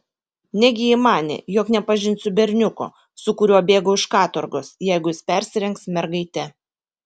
negi ji manė jog nepažinsiu berniuko su kuriuo bėgau iš katorgos jeigu jis persirengs mergaite